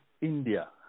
India